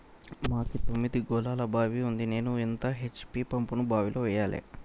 మాకు తొమ్మిది గోళాల బావి ఉంది నేను ఎంత హెచ్.పి పంపును బావిలో వెయ్యాలే?